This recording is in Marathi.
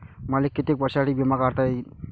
मले कितीक वर्षासाठी बिमा काढता येईन?